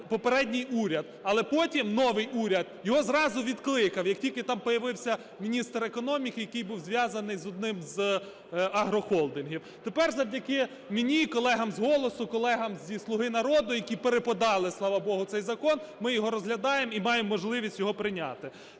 попередній уряд, але потім новий уряд його зразу відкликав як тільки там появився міністр економіки, який був зв'язаний з одним з агрохолдингів. Тепер завдяки мені і колегам з "Голосу", колегам зі "Слуги народу", які переподали, слава Богу, цей закон, ми його розглядаємо і маємо можливість його прийняти.